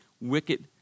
wicked